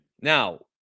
now